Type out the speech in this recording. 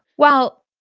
well,